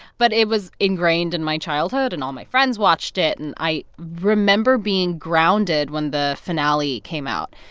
but it was ingrained in my childhood. and all my friends watched it. and i remember being grounded when the finale came out.